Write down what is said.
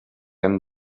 hem